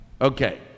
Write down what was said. Okay